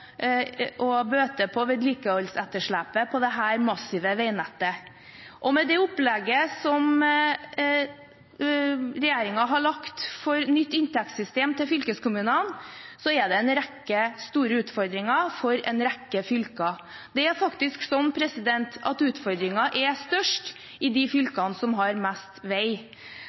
bøte på vedlikeholdsetterslepet på dette massive veinettet. Og med det opplegget som regjeringen har lagt for nytt inntektssystem til fylkeskommunene, er det en rekke store utfordringer for en rekke fylker. Det er faktisk slik at utfordringen er størst i de fylkene som har mest vei,